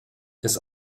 ist